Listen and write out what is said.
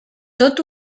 tot